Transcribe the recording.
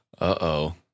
Uh-oh